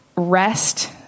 rest